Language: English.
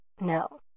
No